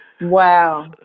Wow